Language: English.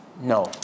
No